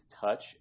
touch